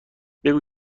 بگو